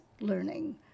learning